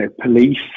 police